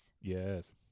Yes